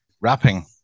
Wrapping